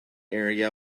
area